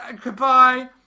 goodbye